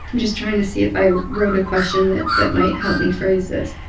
just trying to see if i wrote a question that that might help me phrase this.